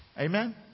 Amen